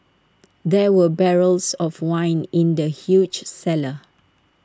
there were barrels of wine in the huge cellar